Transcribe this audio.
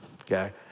okay